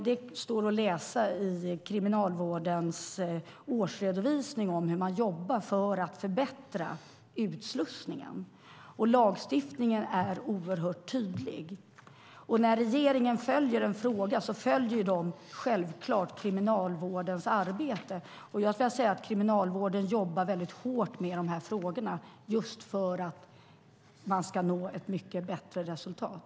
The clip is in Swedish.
Det står att läsa i Kriminalvårdens årsredovisning över hur man jobbar för att förbättra utslussningen. Lagstiftningen är oerhört tydlig. När regeringen följer en fråga följer den självklart Kriminalvårdens arbete. Jag skulle vilja säga att Kriminalvården jobbar väldigt hårt med dessa frågor just för att nå ett mycket bättre resultat.